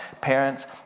Parents